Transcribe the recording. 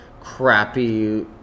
crappy